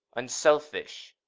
unselfish